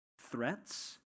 threats